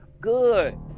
good